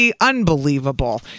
unbelievable